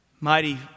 mighty